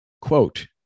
Quote